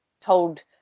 told